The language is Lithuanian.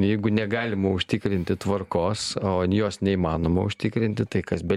jeigu negalima užtikrinti tvarkos o jos neįmanoma užtikrinti tai kas be